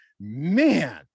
man